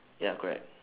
ya correct